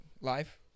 Live